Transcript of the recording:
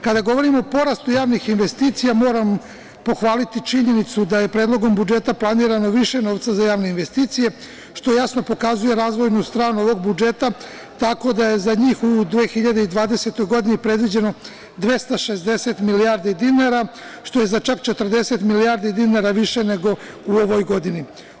Kada govorimo o porastu javnih investicija, moram pohvaliti činjenicu da je Predlogom budžeta planirano više novca za javne investicije, što jasno pokazuje razvojnu stranu ovog budžeta, tako da je za njih u 2020. godini, predviđeno 260 milijardi dinara, što je za čak 40 milijardi dinara više nego u ovoj godini.